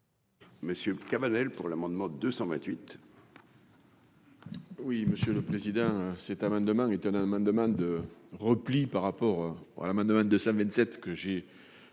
Monsieur Cabanel pour l'amendement 228.